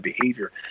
behavior